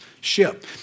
ship